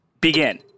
Begin